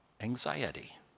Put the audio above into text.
anxiety